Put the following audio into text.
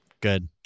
good